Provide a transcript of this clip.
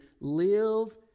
live